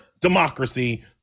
democracy